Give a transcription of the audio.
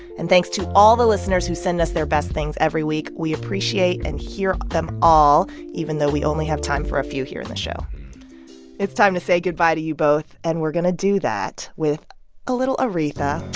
and thanks to all the listeners who send us their best things every week. we appreciate and hear them all even though we only have time for a few here in the show it's time to say goodbye to you both. and we're going to do that with a little aretha